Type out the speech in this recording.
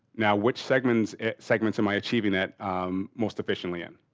now which segments segments am i achieving that most efficiently in?